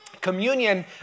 Communion